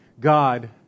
God